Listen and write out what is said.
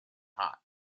hot